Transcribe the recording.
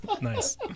Nice